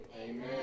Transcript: Amen